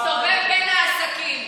הסתובב בין העסקים.